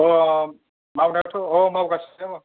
मावनायाथ' औ मावगासिनो